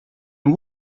and